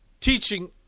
teaching